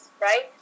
right